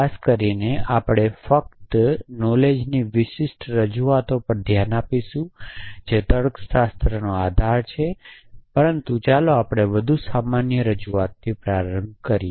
ખાસ કરીને આપણે ફક્ત નોલેજની વિશિષ્ટ રજૂઆત પર જ ધ્યાન આપીશું જે તર્કશાસ્ત્રનો આધાર છે પરંતુ ચાલો આપણે વધુ સામાન્ય રજૂઆતથી પ્રારંભ કરીએ